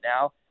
now